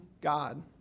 God